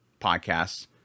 podcasts